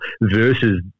versus